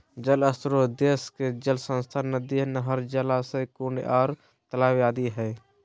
जल श्रोत देश के जल संसाधन नदी, नहर, जलाशय, कुंड आर तालाब आदि हई